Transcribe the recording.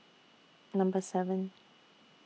Number seven